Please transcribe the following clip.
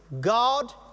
God